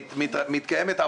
'כמה שיותר מהר' זה לא קצוב.